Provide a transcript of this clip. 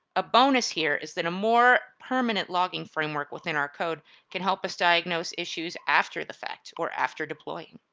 a bonus here is that a more permanent logging framework within our code can help us diagnose issues after the fact or after deploy.